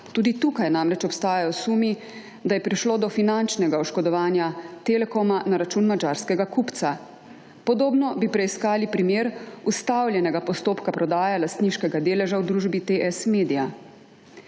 Tudi tukaj namreč obstajajo sumi, da je prišlo do finančnega oškodovanja Telekoma na račun madžarskega kupca. Podobno bi preiskali primer ustavljenega postopka prodaje lastniškega deleža v družbi TS Media.